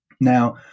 Now